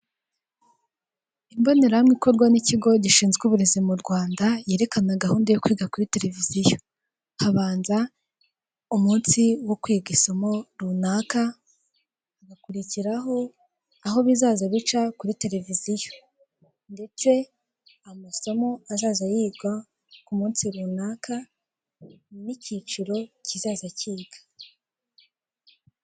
Icyapa kiriho amafoto atatu magufi y'abagabo babiri uwitwa KABUGA n 'uwitwa BIZIMANA bashakishwa kubera icyaha cya jenoside yakorewe abatutsi mu Rwanda.